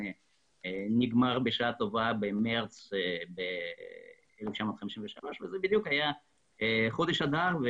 נגמר בשעה טובה במארס 1953 וזה בדיוק היה חודש אדר,